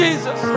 Jesus